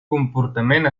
comportament